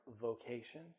vocation